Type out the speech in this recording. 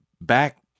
back